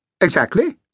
Exactly